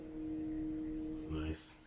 Nice